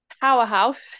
Powerhouse